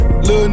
Little